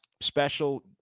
special